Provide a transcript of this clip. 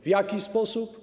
W jaki sposób?